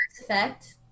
effect